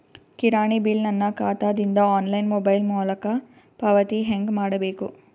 ಕಿರಾಣಿ ಬಿಲ್ ನನ್ನ ಖಾತಾ ದಿಂದ ಆನ್ಲೈನ್ ಮೊಬೈಲ್ ಮೊಲಕ ಪಾವತಿ ಹೆಂಗ್ ಮಾಡಬೇಕು?